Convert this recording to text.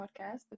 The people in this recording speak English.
podcast